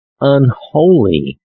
unholy